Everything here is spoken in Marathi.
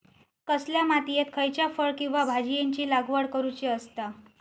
कसल्या मातीयेत खयच्या फळ किंवा भाजीयेंची लागवड करुची असता?